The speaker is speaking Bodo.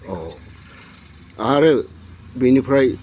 आरो बेनिफ्राय